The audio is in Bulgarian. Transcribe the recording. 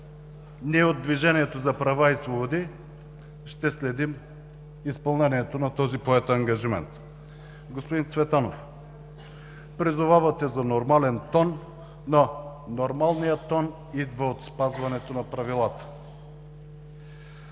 Ние от „Движението за права и свободи“ ще следим изпълнението на този поет ангажимент. Господин Цветанов, призовавате за нормален тон, но нормалният тон идва от спазването на правилата.